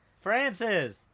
Francis